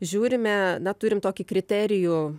žiūrime na turim tokį kriterijų